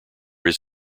his